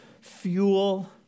fuel